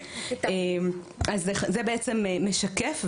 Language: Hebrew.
אז זה בעצם משקף.